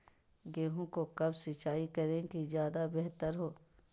गेंहू को कब सिंचाई करे कि ज्यादा व्यहतर हो?